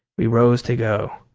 we rose to go.